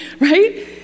right